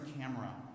camera